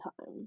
time